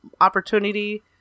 opportunity